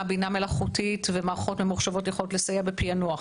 בינה מלאכותית ומערכות ממוחשבות יכולות לסייע בפענוח,